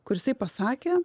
kur jisai pasakė